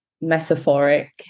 metaphoric